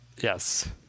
Yes